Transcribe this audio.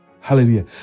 hallelujah